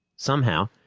somehow,